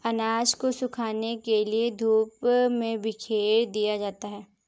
अनाज को सुखाने के लिए धूप में बिखेर दिया जाता है